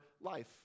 life